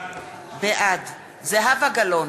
בעד זהבה גלאון,